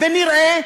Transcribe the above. ונראה,